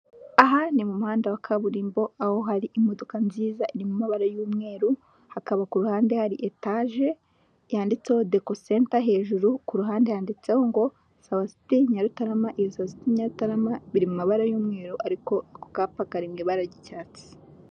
Aha ni mu muhanda wa kaburimbo aho hari imodoka nziza iri mu mabara y'umweru hakaba ku ruhande hari etaje yanditseho deko senta hejuru ku ruhande yanditseho ngo sawa siti nyarutarama inzozi nyarutarama biri mu mabara y'umweru ariko ako kapa kari mu ibara ry'icyatsi.